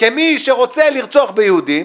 כמי שרוצה לרצוח ביהודים,